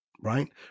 right